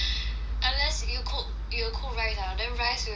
unless you cook you cook rice ah then rice with